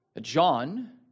John